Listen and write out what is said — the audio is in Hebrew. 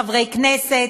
חברי כנסת,